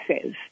says